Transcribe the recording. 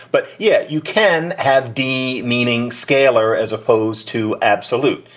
but yeah you can have d meaning scalar as opposed to absolute.